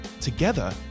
Together